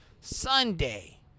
Sunday